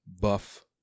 buff